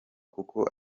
kuko